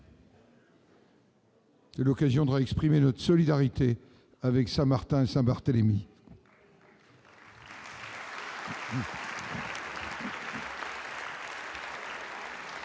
est l'occasion d'exprimer de nouveau notre solidarité avec Saint-Martin et Saint-Barthélemy.